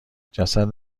جسد